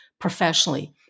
professionally